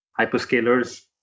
hyperscalers